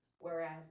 Whereas